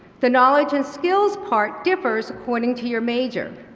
the knowledge and skills part differs according to your major.